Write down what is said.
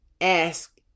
ask